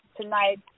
tonight